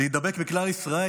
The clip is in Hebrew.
להידבק בכלל ישראל,